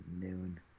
noon